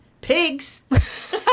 pigs